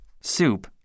Soup